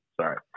Sorry